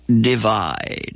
divide